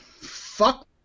Fuck